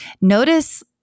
Notice